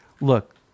Look